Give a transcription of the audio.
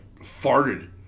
farted